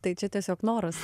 tai čia tiesiog noras